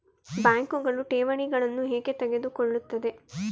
ಬ್ಯಾಂಕುಗಳು ಠೇವಣಿಗಳನ್ನು ಏಕೆ ತೆಗೆದುಕೊಳ್ಳುತ್ತವೆ?